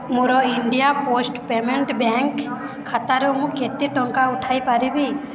ମୋର India Post Payment Bank ଖାତାରୁ ମୁଁ କେତେ ଟଙ୍କା ଉଠାଇ ପାରିବି